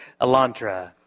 Elantra